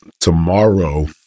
tomorrow